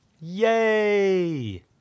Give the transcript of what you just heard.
Yay